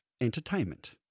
Entertainment